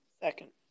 Second